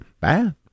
bad